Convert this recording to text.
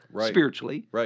spiritually